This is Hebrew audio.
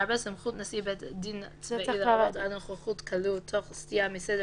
סמכות נשיא בית דין צבאי להורות על נוכחות כלוא תוך סטיה מסדר